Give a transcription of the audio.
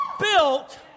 built